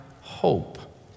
hope